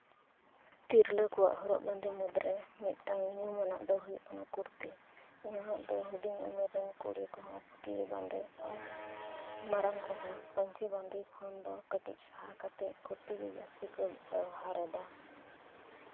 ᱛᱤᱨᱞᱟᱹ ᱠᱚᱣᱟᱜ ᱦᱚᱨᱚᱜ ᱵᱟᱸᱫᱮ ᱢᱩᱫ ᱨᱮ ᱢᱤᱫᱴᱟᱝ ᱧᱩᱢᱟᱱᱟᱜ ᱫᱚ ᱦᱩᱭᱩᱜ ᱠᱟᱱᱟ ᱠᱩᱨᱛᱤ ᱱᱟᱦᱟᱜ ᱫᱚ ᱦᱩᱰᱤᱧ ᱩᱢᱮᱨ ᱨᱮᱱ ᱠᱩᱲᱤ ᱠᱚᱦᱚᱸ ᱯᱩᱛᱞᱤ ᱵᱟᱸᱫᱮ ᱟᱨ ᱢᱟᱨᱟᱝ ᱠᱚᱦᱚᱸ ᱯᱟᱧᱪᱤ ᱵᱟᱸᱫᱮ ᱠᱷᱚᱱ ᱫᱚ ᱠᱟᱹᱴᱤᱡ ᱥᱟᱦᱟ ᱠᱟᱛᱮ ᱠᱩᱨᱛᱤ ᱜᱮ ᱡᱟᱥᱛᱤ ᱠᱚ ᱵᱮᱣᱦᱟᱨᱮᱫᱟ